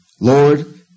Lord